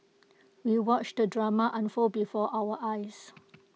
we watched the drama unfold before our eyes